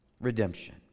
Redemption